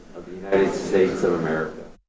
united states of america,